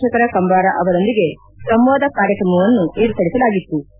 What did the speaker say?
ಚಂದ್ರಶೇಖರ ಕಂಬಾರ ಅವರೊಂದಿಗೆ ಸಂವಾದ ಕಾರ್ಯಕ್ರಮವನ್ನು ಏರ್ಪಡಿಸಲಾಗಿತ್ತು